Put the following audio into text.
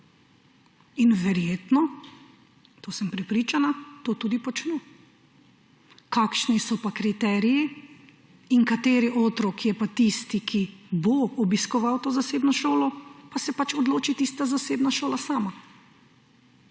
In verjetno, to sem prepričana, to tudi počno. Kakšni so pa kriteriji in kateri otrok je tisti, ki bo obiskoval to zasebno šolo, se pa odloči tista zasebna šola sama.